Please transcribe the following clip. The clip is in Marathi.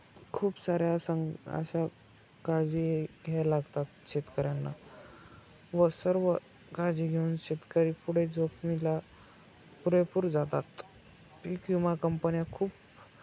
खूप साऱ्या सं अशा काळजी घ्यायला लागतात शेतकऱ्यांना व सर्व काळजी घेऊन शेतकरी पुढे जोखमीला पुरेपूर जातात पीक विमा कंपन्या खूप